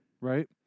right